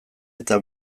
eta